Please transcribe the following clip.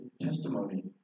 testimony